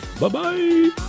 Bye-bye